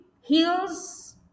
heals